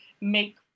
make